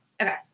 Okay